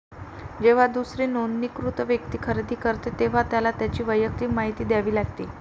जेव्हा दुसरी नोंदणीकृत व्यक्ती खरेदी करते, तेव्हा त्याला त्याची वैयक्तिक माहिती द्यावी लागते